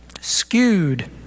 skewed